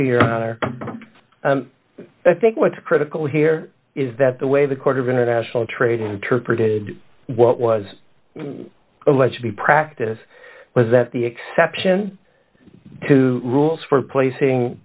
honor i think what's critical here is that the way the court of international trade interpreted what was alleged the practice was that the exception to rules for placing